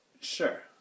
Sure